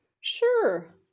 Sure